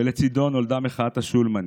ולצידו נולדה מחאת השולמנים,